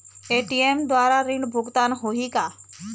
ATM द्वारा ऋण भुगतान होही का?